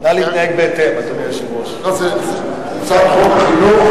אני רק אומר: בהיערכות שלנו,